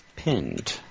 Pinned